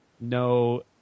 No